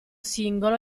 singolo